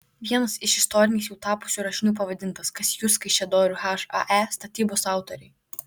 vienas iš istoriniais jau tapusių rašinių pavadintas kas jūs kaišiadorių hae statybos autoriai